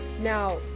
Now